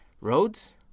Roads